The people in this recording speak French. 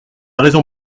raison